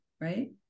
right